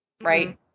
right